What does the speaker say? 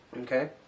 Okay